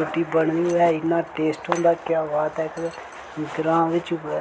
रोटी बनी दी होऐ इन्ना टेस्ट होंदा क्या बात ऐ कुतै ग्रांऽ बिच्च